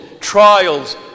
trials